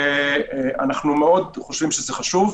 אנחנו חושבים שזה חשוב.